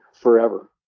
forever